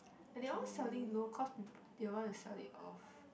they all selling low cause they want to sell it off